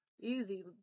easy